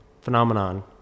phenomenon